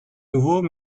nouveau